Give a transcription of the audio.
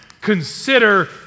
consider